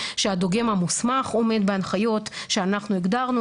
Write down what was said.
שהדוגם המוסמך עומד בהנחיות שאנחנו הגדרנו,